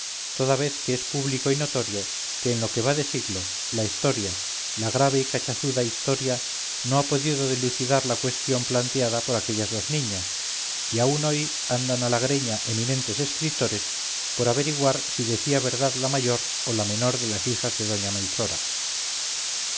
toda vez que es público y notorio que en lo que va de siglo la historia la grave y cachazuda historia no ha podido dilucidar la cuestión planteada por aquellas dos niñas y aun hoy andan a la greña eminentes escritores por averiguar si decía verdad la mayor o la menor de las hijas de doña melchora